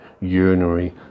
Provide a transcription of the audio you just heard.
urinary